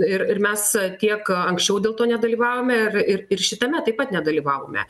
ir ir mes tiek anksčiau dėl to nedalyvavome ir ir ir šitame taip pat nedalyvavome